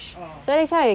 oh